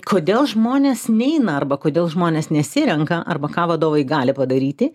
kodėl žmonės neina arba kodėl žmonės nesirenka arba ką vadovai gali padaryti